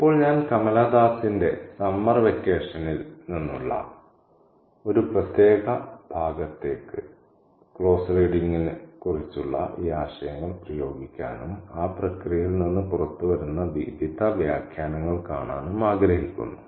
ഇപ്പോൾ ഞാൻ കമലാ ദാസിന്റെ സമ്മർ വെക്കേഷനിൽ നിന്നുള്ള ഒരു പ്രത്യേക ഭാഗത്തേക്ക് ക്ലോസ്ഡ് റീഡിങ്നേക്കുറിച്ചുള്ള ഈ ആശയങ്ങൾ പ്രയോഗിക്കാനും ആ പ്രക്രിയയിൽ നിന്ന് പുറത്തുവരുന്ന വിവിധ വ്യാഖ്യാനങ്ങൾ കാണാനും ആഗ്രഹിക്കുന്നു